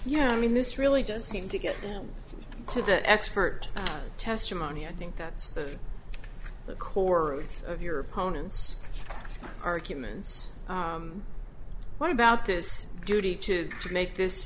yeah i mean this really does seem to get them to the expert testimony i think that's the core of your opponent's arguments what about this duty to make this